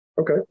Okay